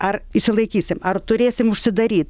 ar išsilaikysim ar turėsim užsidaryt